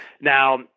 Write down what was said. now